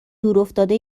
افتاده